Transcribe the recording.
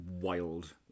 wild